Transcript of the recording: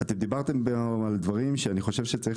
אתם דיברתם על דברים שאני חושב שצריך